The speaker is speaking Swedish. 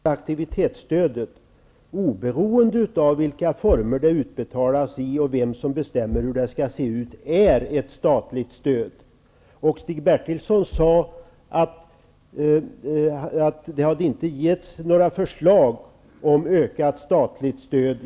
Herr talman! Jo, Stig Bertilsson, nog är det statliga aktivitetsstödet, oberoende av vilka former det utbetalas i och vem som bestämmer, ett statligt stöd. Stig Bertilsson sade att det inte hade ställts några förslag om ökat statligt stöd.